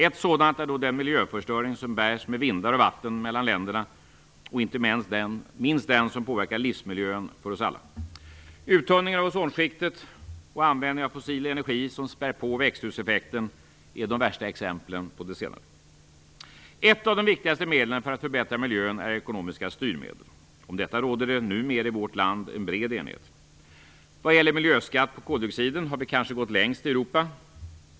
Ett sådant är den miljöförstöring som bärs med vindar och vatten mellan länderna och inte minst den som påverkar livsmiljön för oss alla. Uttunningen av ozonskiktet och användning av fossil energi som spär på växthuseffekten är de värsta exemplen på det senare. Ett av de viktigaste medlen för att förbättra miljön är ekonomiska styrmedel. Om detta råder det numera i vårt land en bred enighet. Vad gäller miljöskatt på koldioxiden har vi kanske gått längst i Europa.